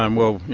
um well, you